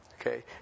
Okay